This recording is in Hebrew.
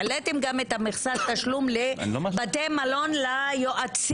העליתם גם את המכסה של תשלום לבתי מלון ליועצים.